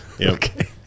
okay